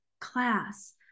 class